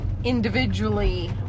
Individually